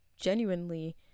genuinely